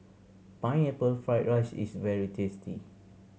Pineapple Fried rice is very tasty